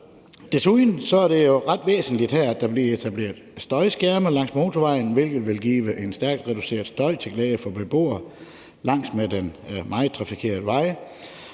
Desuden er det ret væsentligt her, at der bliver etableret støjskærme langs motorvejen, hvilket vil give en stærkt reduceret støj til glæde for beboerne langs med den meget trafikerede vej.